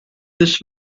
this